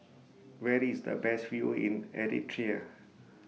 Where IS The Best View in Eritrea